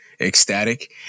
ecstatic